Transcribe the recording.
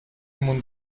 مون